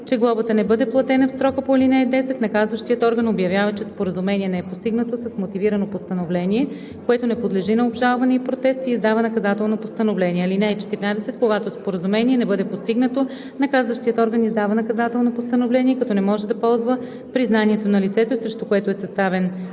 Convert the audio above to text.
че глобата не бъде платена в срока по ал. 10, наказващият орган обявява, че споразумение не е постигнато с мотивирано постановление, което не подлежи на обжалване и протест, и издава наказателно постановление. (14) Когато споразумение не бъде постигнато, наказващият орган издава наказателно постановление, като не може да ползва признанието на лицето, срещу което е съставен